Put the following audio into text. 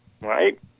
right